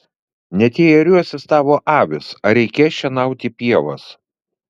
net jei ėriuosis tavo avys ar reikės šienauti pievas